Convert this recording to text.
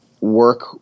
work